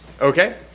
Okay